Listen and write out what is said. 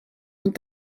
ond